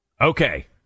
okay